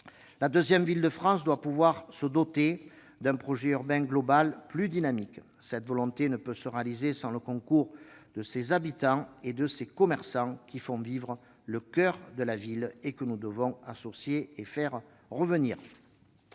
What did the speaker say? La deuxième ville de France doit pouvoir se doter d'un projet urbain global plus dynamique. Cette volonté ne peut se concrétiser sans le concours de ses habitants et de ses commerçants, que nous devons associer et faire revenir,